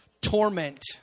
torment